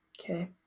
Okay